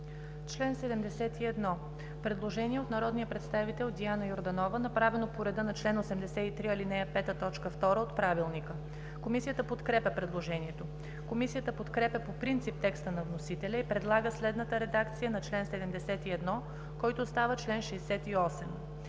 чл. 71 има предложение от народния представител Диана Йорданова, направено по реда на чл. 83, ал. 3, т. 2 от Правилника. Комисията подкрепя предложението. Комисията подкрепя по принцип текста на вносителя и предлага следната редакция на чл. 71, който става чл. 68: